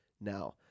now